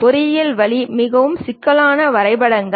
பொறியியல் வழி மிகவும் சிக்கலான வரைபடங்கள்